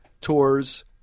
tours